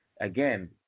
again